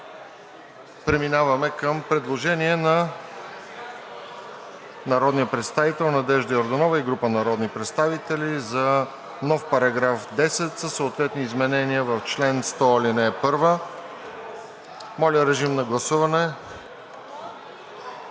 Преминаваме към предложение на народния представител Надежда Йорданова и група народни представители за създаване на нов § 10 със съответните изменения в чл. 100, ал. 1. Моля, режим на гласуване.